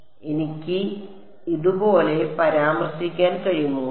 അതിനാൽ എനിക്ക് ഇതുപോലെ പരാമർശിക്കാൻ കഴിയുമോ